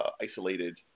isolated